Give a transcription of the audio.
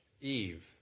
Eve